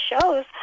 shows